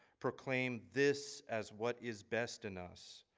proclaim this as what is best in us.